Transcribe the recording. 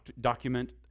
document